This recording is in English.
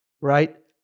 right